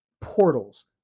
portals